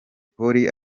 polly